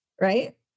Right